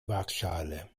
waagschale